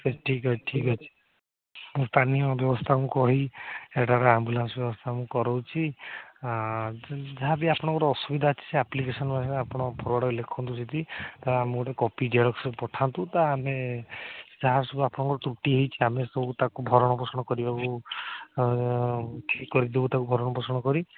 ସେ ଠିକ୍ ଅଛି ଠିକ୍ ଅଛି ସ୍ଥାନୀୟ ବ୍ୟବସ୍ଥାଙ୍କୁ କହି ଏଠାରେ ଆମ୍ବୁଲାନ୍ସ ବ୍ୟବସ୍ଥା ମୁଁ କରାଉଛି ଯା ଯାହା ବି ଆପଣଙ୍କର ଅସୁବିଧା ଅଛି ସେ ଆପ୍ଲିକେସନ୍ ମାଧ୍ୟମରେ ଆପଣ ସେ ଫରୱାଡ଼୍ରେ ଲେଖନ୍ତୁ ସେଇଠି ତ ଆମକୁ ଗୋଟେ କପି ଜେରକ୍ସ୍ କରି ପଠାନ୍ତୁ ତ ଆମେ ଯାହା ସବୁ ଆପଣଙ୍କର ତ୍ରୁଟି ହେଇଛି ଆମେ ସବୁ ତା'କୁ ଭରଣ ପୋଷଣ କରିବାକୁ କରିଦେବୁ ତା'କୁ ଭରଣ ପୋଷଣ କରି